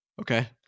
Okay